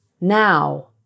Now